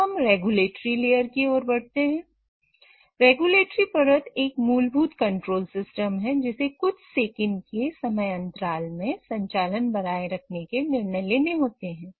अब हम रेगुलेटरी परत एक मूलभूत कंट्रोल सिस्टम है जिसे कुछ सेकंड के समय अंतराल में संचालन बनाए रखने के निर्णय लेने होते हैं